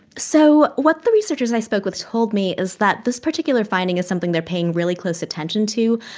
so what the researchers i spoke with told me is that this particular finding is something they're paying really close attention to,